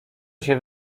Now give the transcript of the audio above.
się